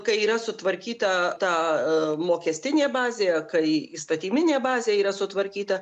kai yra sutvarkyta ta aaa mokestinė bazė kai įstatyminė bazė yra sutvarkyta